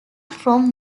from